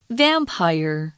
vampire